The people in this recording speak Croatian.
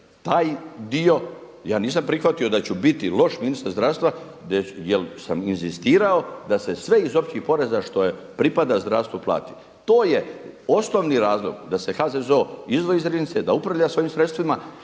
taj dio, ja nisam prihvatio da ću biti loš ministar zdravstva jer sam inzistirao da se sve iz općih poreza što pripada zdravstvu plati. To je osnovni razlog da se HZZO izdvoji iz Riznice, da upravlja svojim sredstvima